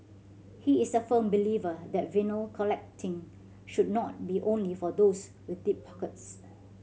he is a firm believer that vinyl collecting should not be only for those with deep pockets